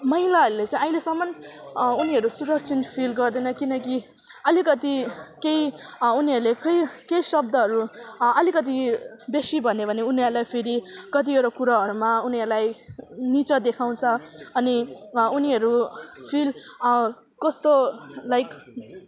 महिलाहरूले चाहिँ अहिलेसम्म उनीहरू सुरक्षित फिल गर्दैनन् किनकि अलिकति केही उनीहरूले खै केही शब्दहरू अलिकति बेसी भन्यो भने उनीहरूलाई फेरि कतिवटा कुराहरूमा उनीहरूलाई निचा देखाउँछ अनि उनीहरू फिल कस्तो लाइक